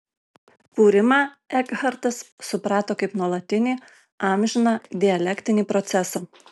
kūrimą ekhartas suprato kaip nuolatinį amžiną dialektinį procesą